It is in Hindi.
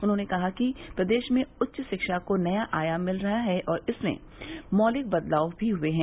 उन्होंने कहा कि प्रदेश में उच्च शिक्षा को नया आयाम मिल रहा है और इसमें मौलिक बदलाव हुए हैं